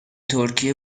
ترکیه